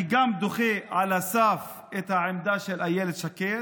אני דוחה על הסף גם את העמדה של אילת שקד.